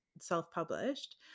self-published